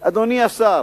אדוני השר,